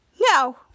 No